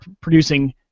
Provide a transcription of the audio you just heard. producing